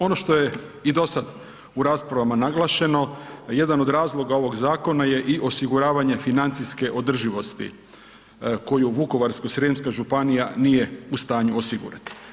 Ono što je i do sada u raspravama naglašeno, a jedan od razloga ovoga zakona je i osiguravanje financijske održivosti koju Vukovarsko-srijemska županija nije u stanju osigurati.